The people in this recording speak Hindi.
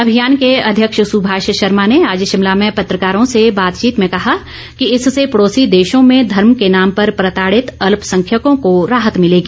अभियान के अध्यक्ष सुभाष शर्मा ने आज शिमला में पत्रकारों से बातचीत में कहा कि इससे पड़ोसी देशों में धर्म के नाम पर प्रताड़ित अल्पसंख्यकों को राहत मिलेगी